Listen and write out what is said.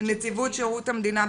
נציבות שירות המדינה,